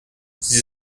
sie